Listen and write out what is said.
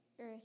earth